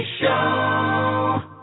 Show